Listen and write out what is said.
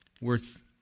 worth